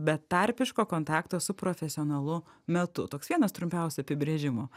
betarpiško kontakto su profesionalu metu toks vienas trumpiausių apibrėžimų